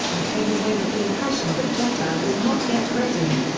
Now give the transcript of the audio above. and came away with the impression that jeter was not yet ready.